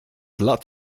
lat